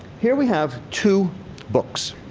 here we have two books.